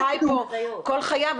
חי פה כל חייו,